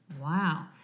Wow